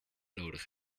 nodig